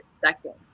second